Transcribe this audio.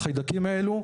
החיידקים האלו,